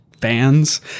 fans